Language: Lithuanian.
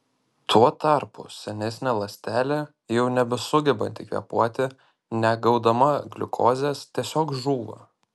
tuo tarpu senesnė ląstelė jau nebesugebanti kvėpuoti negaudama gliukozės tiesiog žūva